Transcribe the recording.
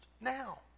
now